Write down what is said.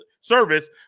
service